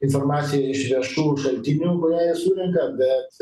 informacija iš viešų šaltinių kurią jie surenka bet